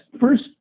first